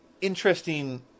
interesting